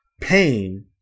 pain